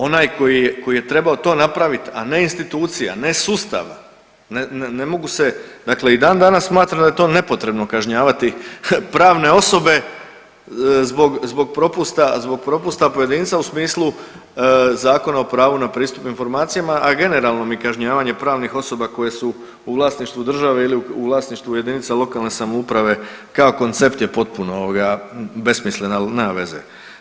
Onaj koji je trebao to napravit, a ne institucija, ne sustav, ne, ne mogu se, dakle i dandanas smatram da je to nepotrebno kažnjavati pravne osobe zbog propusta pojedinca u smislu Zakona o pravu na pristup informacijama, a generalno mi kažnjavanje pravnih osoba koje su u vlasništvu države ili u vlasništvu jedinice lokalne samouprave kao koncept je potpuno ovoga, besmislen, ali nema veze.